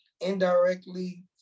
indirectly